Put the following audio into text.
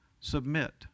submit